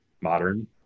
modern